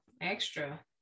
extra